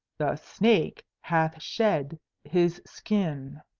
the snake hath shed his skin.